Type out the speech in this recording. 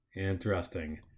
interesting